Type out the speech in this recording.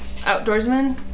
Outdoorsman